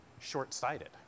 short-sighted